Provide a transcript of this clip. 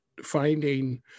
finding